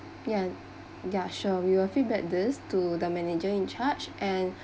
yeah yeah sure we will feedback this to the manager in charge and